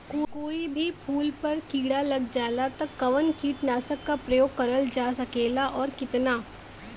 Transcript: कोई भी फूल पर कीड़ा लग जाला त कवन कीटनाशक क प्रयोग करल जा सकेला और कितना?